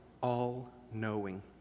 all-knowing